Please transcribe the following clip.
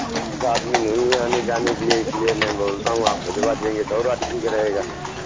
अच्छा आदमी नहीं है आने जाने के लिए इसलिए मैं बोलता हूँ आप भिजवा देंगे तो और अच् ठीक रहेगा